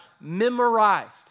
memorized